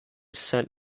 sent